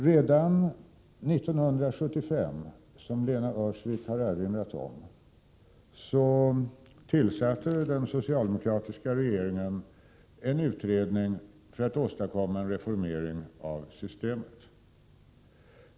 Redan 1975, som Lena Öhrsvik erinrade om, tillsatte den socialdemokratiska regeringen en utredning för att åstadkomma en reformering av systemet.